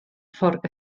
ffordd